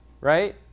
right